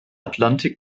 atlantik